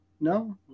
No